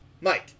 Mike